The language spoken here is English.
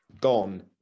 gone